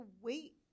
wait